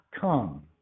come